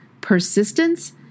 persistence